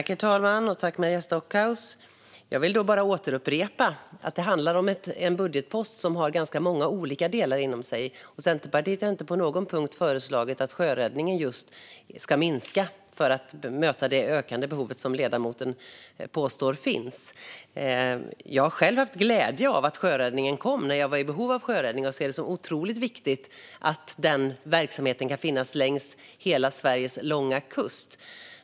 Herr talman! Jag vill bara upprepa att det handlar om en budgetpost som har ganska många olika delar. När det gäller att möta det ökande behovet av sjöräddning, som ledamoten påstår finns, har Centerpartiet inte på någon punkt föreslagit att just sjöräddningen ska minska. Jag har själv haft glädje av att sjöräddningen kom när jag var i behov av sjöräddning, och jag ser det som otroligt viktigt att denna verksamhet kan finnas längs hela Sveriges långa kust.